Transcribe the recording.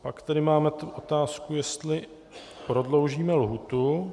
Pak tady máme otázku, jestli prodloužíme lhůtu.